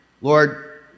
Lord